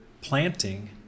planting